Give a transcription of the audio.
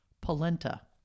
Polenta